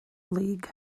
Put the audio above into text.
league